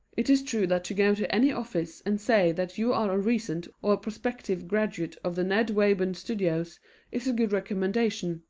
it is true that to go to any office and say that you are a recent or prospective graduate of the ned wayburn studios is a good recommendation,